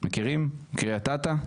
מכירים קרית אתא?